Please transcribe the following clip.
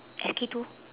S_K two